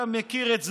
אתה מכיר את זה,